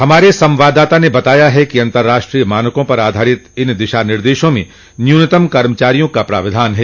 हमारे संवाददाता ने बताया है कि अंतर्राष्ट्रीय मानकों पर आधारित इन दिशा निर्देशों में न्यूनतम कर्मचारियों का प्रावधान है